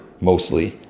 mostly